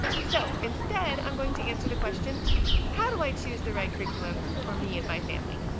so instead i'm going to answer the question how do i choose the right curriculum for me and my family?